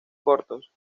cortos